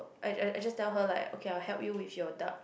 I I I just tell her like okay I'll help you with your dark